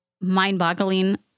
mind-boggling